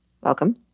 Welcome